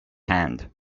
hand